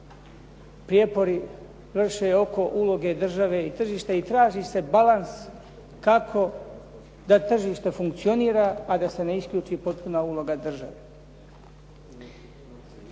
prijepori vrše oko uloge države i tržišta i traži se balans kako da tržište funkcionira a da se ne isključi potpuna uloga države.